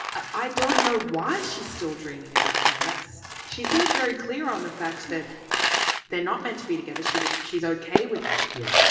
i don't know why she's still dreaming about him. that's she seems very clear on the fact that they're not meant to be together. she's she's okay with that. yeah,